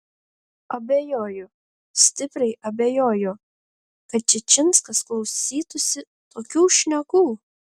abejoju stipriai abejoju kad čičinskas klausytųsi tokių šnekų